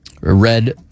Red